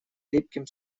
липким